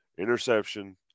Interception